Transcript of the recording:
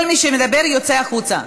כל מי שמדבר יוצא החוצה.